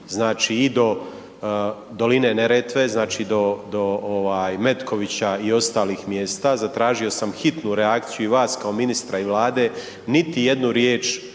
i do doline Neretve, znači do Metkovića i ostalih mjesta. Zatražio sam hitnu reakciju i vas kao ministra i Vlade. Niti jednu riječ